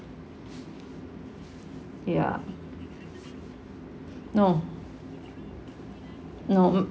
ya no no